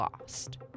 lost